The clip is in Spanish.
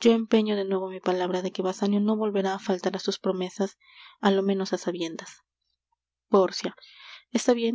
yo empeño de nuevo mi palabra de que basanio no volverá á faltar á sus promesas á lo menos á sabiendas pórcia está bien